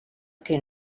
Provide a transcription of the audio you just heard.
que